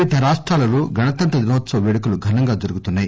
వివిధ రాష్టాలలో గణతంత్ర దినోత్సవ వేడుకలు ఘనంగా జరుగుతున్నాయి